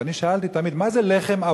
ואני שאלתי תמיד: מה זה "לחם,